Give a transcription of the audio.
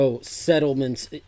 settlements